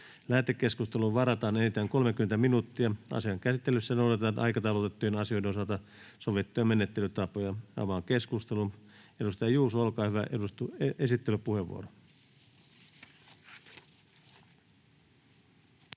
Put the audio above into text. Lähetekeskusteluun varataan enintään 30 minuuttia. Asian käsittelyssä noudatetaan aikataulutettujen asioiden osalta sovittuja menettelytapoja. — Avaan keskustelun. Esittelypuheenvuoro,